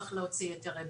צריך להוציא היתרי בנייה,